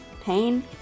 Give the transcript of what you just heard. pain